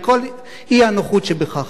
עם כל אי-הנוחות שבכך.